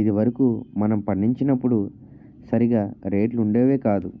ఇది వరకు మనం పండించినప్పుడు సరిగా రేట్లు ఉండేవి కాదు